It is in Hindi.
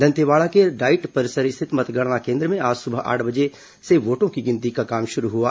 दंतेवाड़ा के डाइट परिसर स्थित मतगणना केन्द्र में आज सुबह आठ बजे से वोटों की गिनती का काम शुरू हुआ